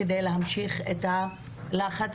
כדי להמשיך את הלחץ.